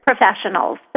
professionals